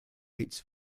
its